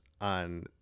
on